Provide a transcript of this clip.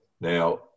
Now